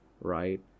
right